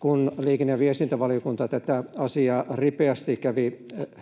Kun liikenne- ja viestintävaliokunta tätä asiaa ripeästi kävi